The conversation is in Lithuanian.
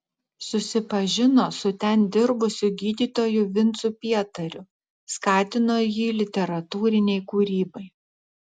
susipažino su ten dirbusiu gydytoju vincu pietariu skatino jį literatūrinei kūrybai